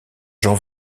jean